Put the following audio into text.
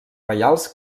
reials